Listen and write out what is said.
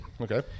Okay